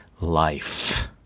life